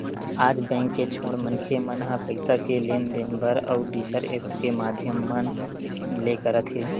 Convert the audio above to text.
आज बेंक के छोड़ मनखे मन ह पइसा के लेन देन बर अउ दुसर ऐप्स के माधियम मन ले करत हे